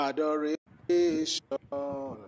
Adoration